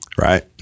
Right